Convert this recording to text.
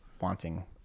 wanting